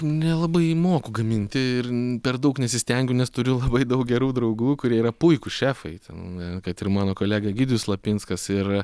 nelabai moku gaminti ir per daug nesistengiu nes turiu labai daug gerų draugų kurie yra puikūs šefai ten kad ir mano kolega egidijus lapinskas ir